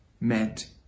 meant